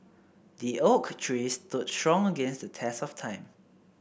the oak tree stood strong against the test of time